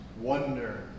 wonder